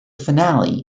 finale